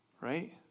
Right